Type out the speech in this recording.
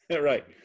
Right